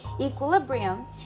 Equilibrium